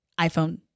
iPhone